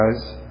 guys